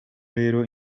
rero